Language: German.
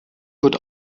wird